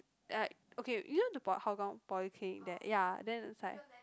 uh okay you know the Hougang polyclinic there ya then there's like